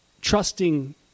trusting